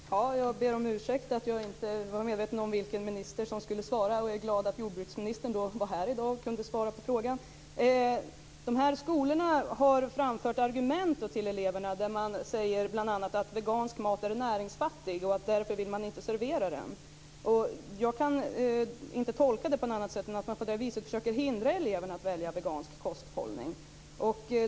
Fru talman! Jag ber om ursäkt för att jag inte visste vilken minister som skulle besvara min fråga. Jag är glad att jordbruksministern är här i dag och kan svara på frågan. De här skolorna har framfört argument till eleverna som går ut på att vegansk mat är näringsfattig och att man därför inte vill servera den. Jag kan inte tolka det på något annat sätt än att man på det här viset försöker hindra elever från att välja vegansk kosthållning.